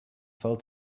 fell